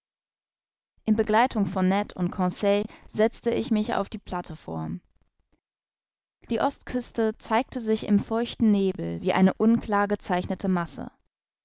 in begleitung von ned und conseil setzte ich mich auf die plateform die ostküste zeigte sich im feuchten nebel wie eine unklar gezeichnete masse